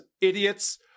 idiots